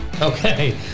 okay